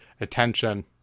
attention